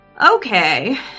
Okay